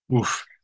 Oof